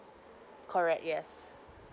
correct yes